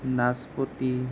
নাচপতি